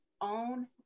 own